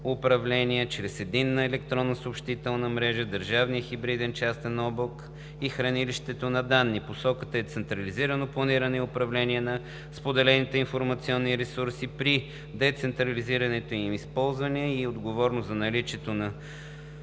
управление чрез Единната електронна съобщителна мрежа, Държавния хибриден частен облак и хранилището на данни. Посоката е: централизирано планиране и управление на споделените информационни ресурси при децентрализираното им използване и отговорност за наличието и